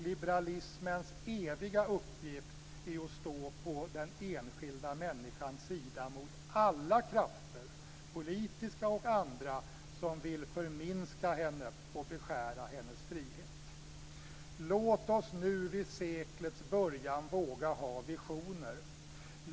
Liberalismens eviga uppgift är att stå på den enskilda människans sida mot alla krafter, politiska och andra, som vill förminska henne och beskära hennes frihet. Låt oss nu vid seklets början våga ha visioner!